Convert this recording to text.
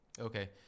Okay